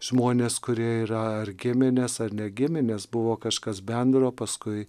žmones kurie yra giminės ar ne giminės buvo kažkas bendro paskui